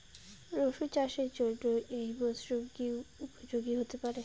রসুন চাষের জন্য এই মরসুম কি উপযোগী হতে পারে?